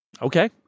Okay